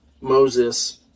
Moses